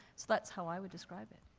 so that's how i would describe it.